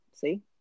See